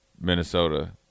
Minnesota